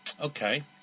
okay